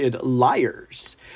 liars